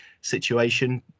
situation